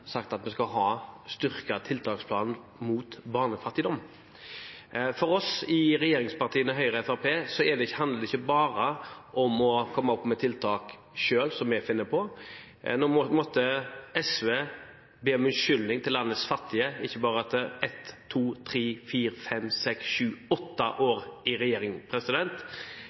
sagt at vi skal ha en styrket tiltaksplan mot barnefattigdom. For oss i regjeringspartiene, Høyre og Fremskrittspartiet, handler det ikke bare om å komme opp med tiltak selv, tiltak som vi finner på. Nå måtte SV be om unnskyldning overfor landets fattige – etter ett, to, tre, fire, fem, seks, syv, åtte år i regjering.